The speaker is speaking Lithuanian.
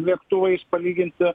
lėktuvais palyginti